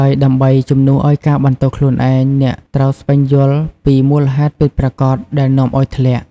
ហើយដើម្បី ជំនួសឲ្យការបន្ទោសខ្លួនឯង អ្នកត្រូវស្វែងយល់ពី មូលហេតុពិតប្រាកដ ដែលនាំឲ្យធ្លាក់។